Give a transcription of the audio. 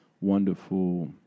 wonderful